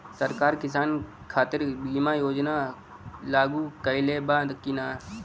सरकार किसान खातिर बीमा योजना लागू कईले बा की ना?